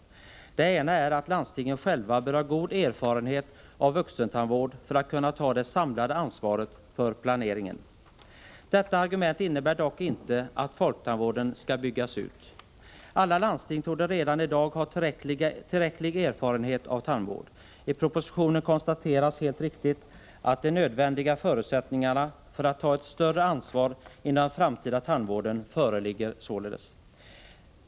Det ena argumentet är att landstingen själva bör ha god erfarenhet av vuxentandvård för att kunna ta det samlade ansvaret för planeringen. Detta argument innebär dock inte att folktandvården skall byggas ut. Alla landsting torde redan i dag ha tillräcklig erfarenhet av tandvård. I propositionen konstateras helt riktigt att ”de nödvändiga förutsättningarna för att ta ett större ansvar inom den framtida tandvården föreligger således”.